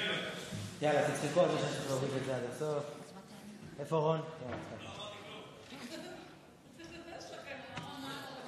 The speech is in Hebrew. זרוע כזו או אחרת יצאה מתוך אנשים מאמינים,